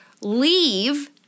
leave